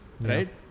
right